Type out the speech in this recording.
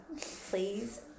Please